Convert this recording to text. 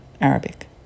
Arabic